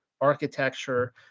architecture